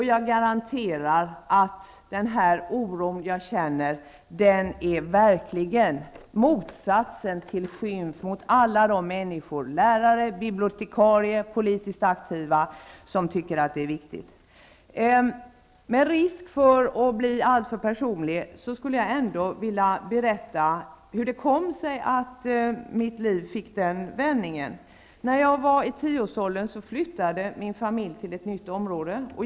Jag försäkrar att den oro som jag känner verkligen är motsatsen till en skymf mot alla de människor -- lärare, bibliotkarier, politiskt aktiva -- som tycker att detta är viktigt. Med risk för att bli alltför personlig vill jag ändå berätta hur det kom sig att mitt liv fick den vändningen. När jag var i tioårsåldern flyttade min familj till ett nytt område.